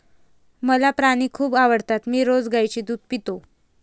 मला प्राणी खूप आवडतात मी रोज गाईचे दूध पितो